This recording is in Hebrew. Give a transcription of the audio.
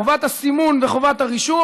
חובת הסימון וחובת הרישום,